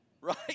Right